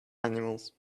animals